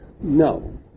No